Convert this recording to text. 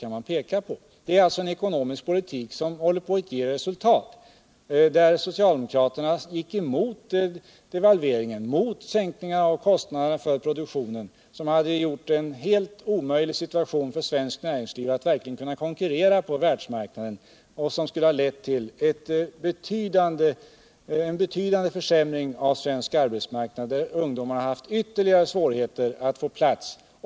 Vi har alltså fört en ekonomisk politik som håller på att ge resultat, där socialdemokraterna gick emot devalveringen. mot sänkningen av kostnaderna för produktionen. En fortsättning av deras politik skulle ha gjort det helt omöjligt för svenskt näringsliv att konkurrera på världsmarknaden och skulle ha lett till en betydande försämring av svensk arbetsmarknad. Ungdomarna skulle ha haft ytterligare svårigheter att få arbete.